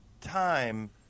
time